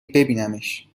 ببینمش